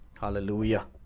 Hallelujah